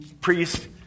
priest